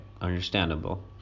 understandable